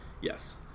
yes